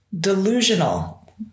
delusional